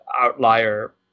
outlier